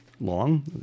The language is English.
long